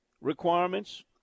requirements